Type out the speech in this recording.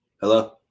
Hello